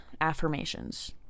affirmations